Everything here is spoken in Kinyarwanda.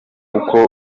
kuko